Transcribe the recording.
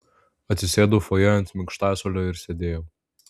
atsisėdau fojė ant minkštasuolio ir sėdėjau